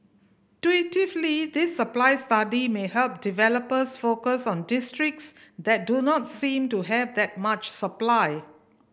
this supply study may help developers focus on districts that do not seem to have that much supply